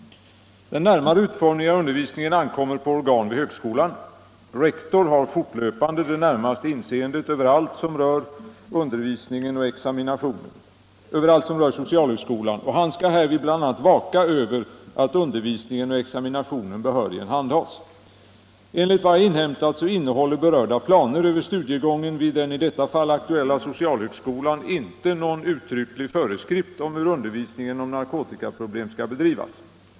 Den närmare utformningen av undervisningen ankommer på organ vid högskolan. Rektor har fortlöpande det närmaste inseendet över allt som rör socialhögskolan och han skall härvid bl.a. ”vaka över att undervisningen och examinationen behörigen handhas”. Enligt vad jag inhämtat innehåller berörda planer över studiegången vid den i detta fall aktuella socialhögskolan inte någon uttrycklig föreskrift om hur undervisningen om narkotikaproblem skall bedrivas.